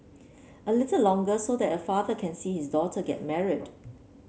a little longer so that a father can see his daughter get married